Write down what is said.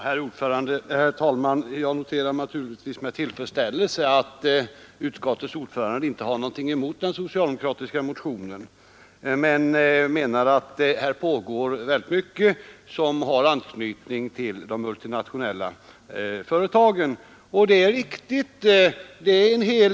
Herr talman! Jag noterar med tillfredsställelse att utskottets ordförande inte har någonting emot den socialdemokratiska motionen. Han säger att det här pågår en hel del aktiviteter som har anknytning till de multinationella företagen, och det är riktigt.